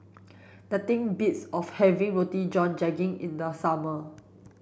nothing beats of having Roti John Daging in the summer